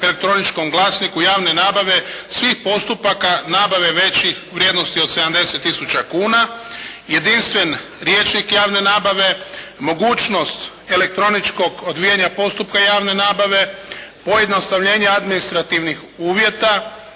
elektroničkom glasniku javne nabave svih postupaka nabave većih vrijednosti od 70 000 kuna, jedinstven rječnik javne nabave, mogućnost elektroničkog odvijanja postupka javne nabave, pojednostavnjenja administrativnih uvjeta,